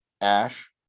Ash